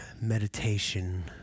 meditation